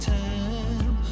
time